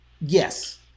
Yes